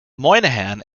moynihan